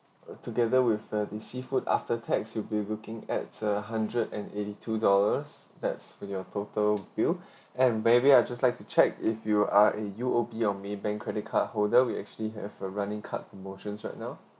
uh together with uh the seafood after tax it'll be looking at a hundred and eighty two dollars that's when your total bill and maybe I just like to check if you are a U_O_B or maybank credit card holder we actually have a running card promotions right now